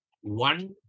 One